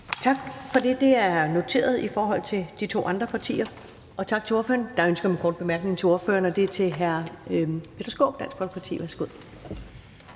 Tak for det. Det er noteret i forhold til de to andre partier. Tak til ordføreren. Der er ønske om en kort bemærkning, og det er fra hr. Peter Skaarup, Dansk Folkeparti. Værsgo.